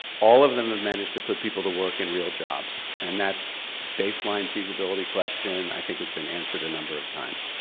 all of them have managed to put people to work in real jobs. and that's baseline feasibility question, i think has been answered a number of times.